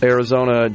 Arizona